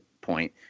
point